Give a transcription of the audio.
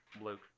Luke